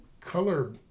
color